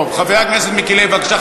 טוב, חבר הכנסת מיקי לוי, בבקשה.